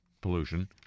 pollution